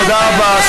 תודה רבה.